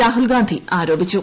രാഹുൽഗാന്ധി ആരോപിച്ചു